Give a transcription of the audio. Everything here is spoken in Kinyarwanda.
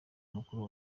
mukuru